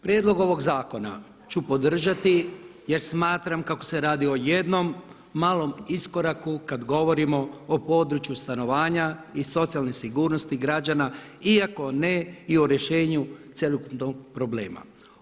Prijedlog ovog zakona ću podržati jer smatram kako se radi o jednom malom iskoraku kad govorimo o području stanovanja i socijalne sigurnosti građana iako ne i o rješenju cjelokupnog problema.